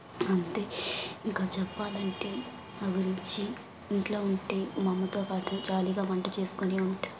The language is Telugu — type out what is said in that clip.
అంతే ఇంకా చెప్పాలంటే నా గురించి ఇంట్లో ఉంటే మా అమ్మతో పాటు జాలీగా వంట చేసుకుని ఉంట్